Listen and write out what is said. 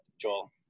Joel